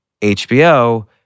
HBO